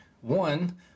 one